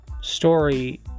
story